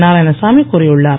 நாராயணசாமி கூறியுள்ளார்